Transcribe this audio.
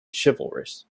chivalrous